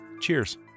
Cheers